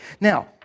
Now